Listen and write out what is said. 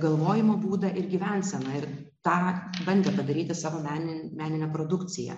galvojimo būdą ir gyvenseną ir tą bandė padaryti savo meninę menine produkcija